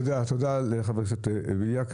תודה לחבר הכנסת בליאק.